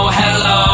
hello